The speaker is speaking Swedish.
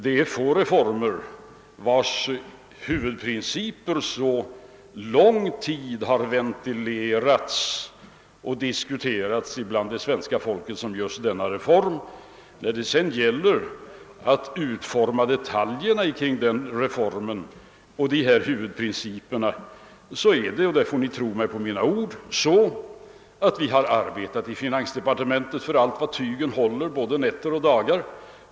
Det är få reformer, vilkas huvudprinciper under så lång tid har ventilerats och diskuterats bland det svenska folket som just denna reform. När det sedan gäller att utforma detaljerna i reformen och huvudprinciperna är det — därvidlag får ni tro mig på mina ord — så att vi har arbetat i finansdepartementet allt vad tygen håller både nätter och dagar.